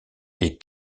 est